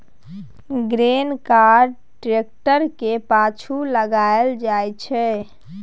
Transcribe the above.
grain cart tractor केर पाछु लगाएल जाइ छै